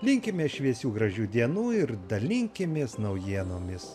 linkime šviesių gražių dienų ir dalinkimės naujienomis